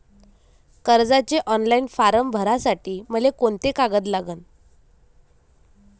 कर्जाचे online form भरासाठी मले कोंते कागद लागन?